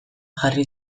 jarri